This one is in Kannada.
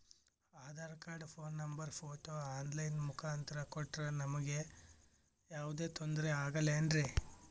Aadhaar card, phone number, photo online ಮುಖಾಂತ್ರ ಕೊಟ್ರ ನಮಗೆ ಯಾವುದೇ ತೊಂದ್ರೆ ಆಗಲೇನ್ರಿ?